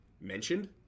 mentioned